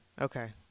okay